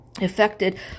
affected